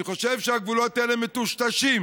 אני חושב שהגבולות האלה מטושטשים,